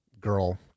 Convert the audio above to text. girl